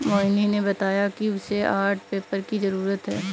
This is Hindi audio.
मोहिनी ने बताया कि उसे आर्ट पेपर की जरूरत है